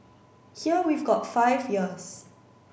here we've got five years